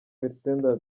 supt